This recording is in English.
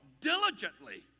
diligently